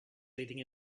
leading